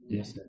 Yes